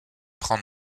prend